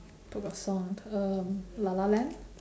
book or song um la la land